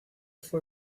fue